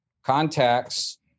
contacts